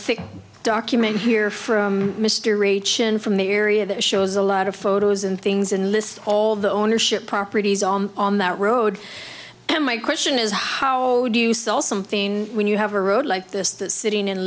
document here from mr h and from a area that shows a lot of photos and things and list all the ownership properties on on that road and my question is how do you sell something when you have a road like this that sitting in